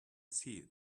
see